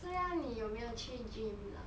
这样你有没有去 gym 的